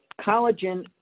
collagen